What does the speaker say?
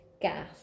gas